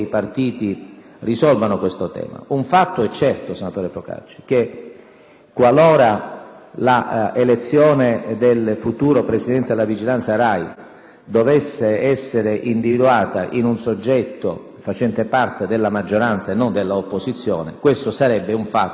qualora la elezione del futuro Presidente della Commissione di vigilanza RAI dovesse essere individuata in un soggetto facente parte della maggioranza e non della opposizione, questo costituirebbe un fatto certamente grave sotto il profilo squisitamente politico, più che istituzionale,